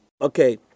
okay